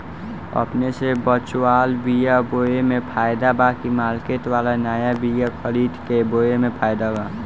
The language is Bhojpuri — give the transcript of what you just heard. अपने से बचवाल बीया बोये मे फायदा बा की मार्केट वाला नया बीया खरीद के बोये मे फायदा बा?